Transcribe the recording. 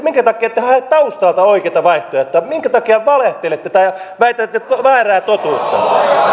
minkä takia te ette hae taustalta oikeita vaihtoehtoja minkä takia valehtelette tai väitätte väärää totuutta